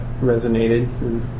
resonated